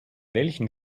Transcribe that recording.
welchen